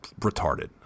retarded